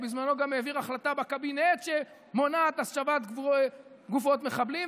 ובזמנו גם העביר החלטה בקבינט שמונעת השבת גופות מחבלים.